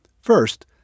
First